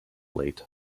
late